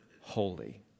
holy